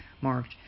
marked